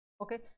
Okay